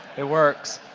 it works.